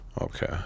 Okay